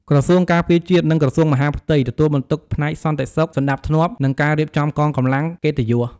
ក្រសួងការពារជាតិ និងក្រសួងមហាផ្ទៃ ទទួលបន្ទុកផ្នែកសន្តិសុខ សណ្ដាប់ធ្នាប់ និងការរៀបចំកងកម្លាំងកិត្តិយស។